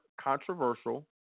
controversial